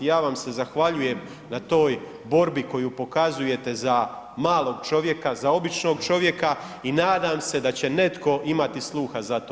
I ja vam se zahvaljujem na toj borbi koju pokazujete za malog čovjeka, za običnog čovjeka i nadam se da će netko imati sluha za to.